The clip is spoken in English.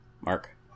Mark